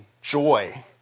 joy